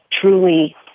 truly